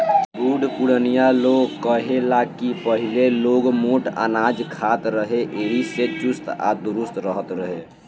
बुढ़ पुरानिया लोग कहे ला की पहिले लोग मोट अनाज खात रहे एही से चुस्त आ दुरुस्त रहत रहे